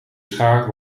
schaar